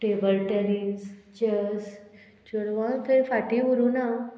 table tennis chess चेडवां खंय फाटी उरूं ना